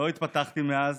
לא התפתחתי מאז,